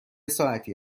ساعتی